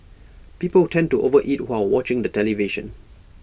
people tend to overeat while watching the television